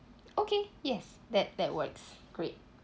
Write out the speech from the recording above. okay yes that that works great